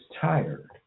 tired